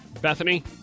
Bethany